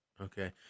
okay